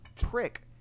prick